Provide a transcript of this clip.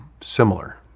similar